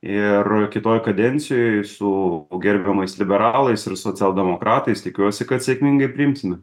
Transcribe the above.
ir kitoj kadencijoj su gerbiamais liberalais ir socialdemokratais tikiuosi kad sėkmingai priimsime